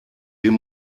den